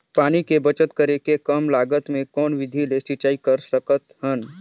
पानी के बचत करेके कम लागत मे कौन विधि ले सिंचाई कर सकत हन?